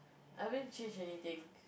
I won't change anything